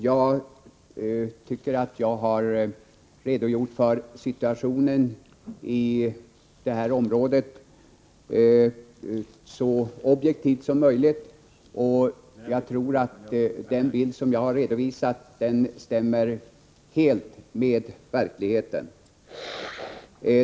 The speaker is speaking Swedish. Jag tycker att jag har redogjort för situationen i det här området så objektivt som möjligt, och jag tror att den bild jag har redovisat stämmer helt med verkligheten.